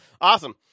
awesome